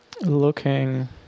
looking